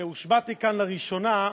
כשהושבעתי כאן לראשונה,